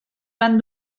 van